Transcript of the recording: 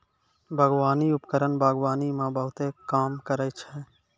बागबानी उपकरण बागबानी म बहुत काम करै छै?